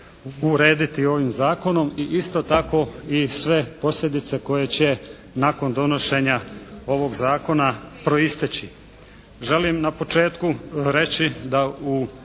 urediti ovim Zakonom i isto tako i sve posljedice koje će nakon donošenja ovog Zakona proisteći. Želim na početku reći da u